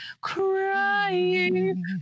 crying